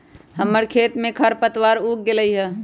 हमर खेत में खरपतवार उग गेल हई